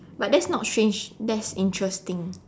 but that's not strange that's interesting